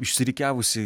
išsirikiavusi